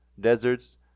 deserts